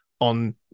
on